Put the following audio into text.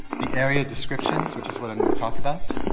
the area descriptions which is what um going to talk about.